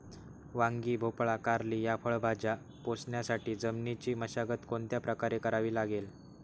वांगी, भोपळा, कारली या फळभाज्या पोसण्यासाठी जमिनीची मशागत कोणत्या प्रकारे करावी लागेल?